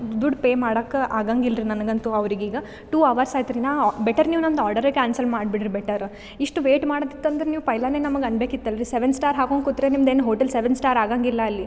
ದುಡ್ಡು ಪೇ ಮಾಡೋಕ್ ಆಗಾಂಗಿಲ್ಲ ರೀ ನನಗೆ ಅಂತು ಅವರಿಗೆ ಈಗ ಟೂ ಅವರ್ಸ್ ಆಯಿತ್ರಿ ನ ಬೆಟರ್ ನೀವು ನಂದು ಆರ್ಡರ್ ಕ್ಯಾನ್ಸಲ್ ಮಾಡ್ಬಿಡು ರೀ ಬೆಟರ್ ಇಷ್ಟು ವೆಯ್ಟ್ ಮಾಡೋದಿತ್ತಂದ್ರ ನೀವು ಪೈಲನೆ ನಮ್ಗೆ ಅನ್ಬೇಕಿತ್ತಲ್ರಿ ಸೆವೆನ್ ಸ್ಟಾರ್ ಹಾಕೋಂಡ್ ಕೂತ್ರೆ ನಿಮ್ದೇನು ಹೋಟೆಲ್ ಸೆವೆನ್ ಸ್ಟಾರ್ ಆಗೋಂಗಿಲ್ಲ ಅಲ್ಲಿ